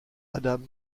adam